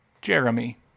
Jeremy